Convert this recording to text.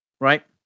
right